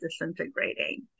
disintegrating